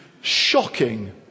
shocking